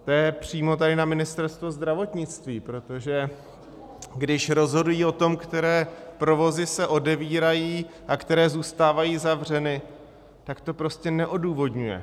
To je přímo na Ministerstvo zdravotnictví, protože když rozhodují o tom, které provozy se otevírají a které zůstávají zavřeny, tak to prostě neodůvodňuje.